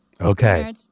Okay